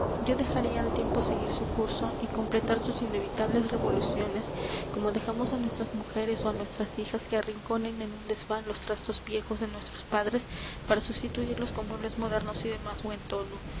yo dejaría al tiempo seguir su curso y completar sus inevitables revoluciones como dejamos á nuestras mujeres ó á nuestras hijas que arrinconen en un desván los trastos viejos de nuestros padres para sustituirlos con muebles modernos y de más buen tono